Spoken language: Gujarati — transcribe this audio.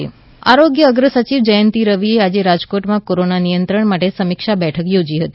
જયંતિ રવિ કોરોના આરોગ્ય અગ્રસચિવ જયંતી રવિએ આજે રાજકોટમાં કોરોના નિયંત્રણ માટે સમીક્ષા બેઠક યોજી હતી